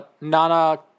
Nana